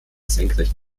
senkrecht